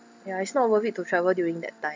ya it's not worth it to travel during that time